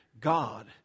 God